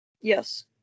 Yes